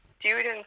students